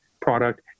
product